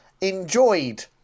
enjoyed